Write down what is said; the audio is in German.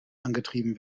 angetrieben